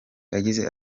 yagize